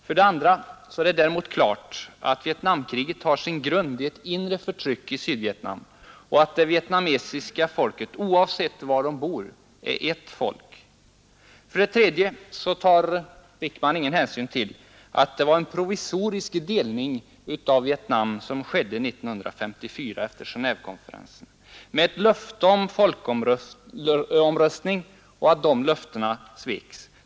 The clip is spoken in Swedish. För det andra är det däremot klart att Vietnamkriget har sin grund i det inre förtryck som utövas i Sydvietnam och att det vietnamesiska folket, oavsett var det bor, är ett folk. För det tredje tar herr Wijkman ingen hänsyn till att det var en provisorisk delning av Vietnam som skedde 1954 efter Genévekonferensen. Vietnam fick löfte om folkomröstning, men dessa löften sveks.